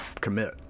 commit